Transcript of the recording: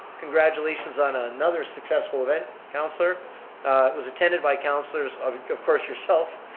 congratulations on ah another successful event counselor. it was attended by counselors, of of course yourself,